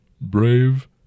Brave